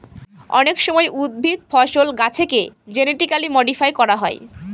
অনেক সময় উদ্ভিদ, ফসল, গাছেকে জেনেটিক্যালি মডিফাই করা হয়